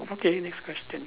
okay next question